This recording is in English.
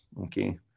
Okay